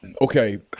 Okay